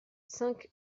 cinq